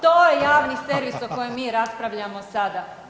To je javni servis o kojem mi raspravljamo sada.